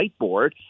whiteboard